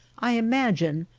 i imagine,